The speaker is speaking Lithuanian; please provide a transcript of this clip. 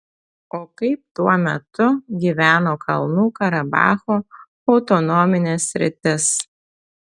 o kaip tuo metu gyveno kalnų karabacho autonominė sritis